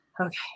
Okay